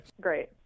great